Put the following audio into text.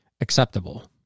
acceptable